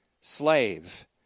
slave